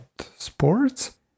sports